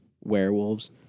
werewolves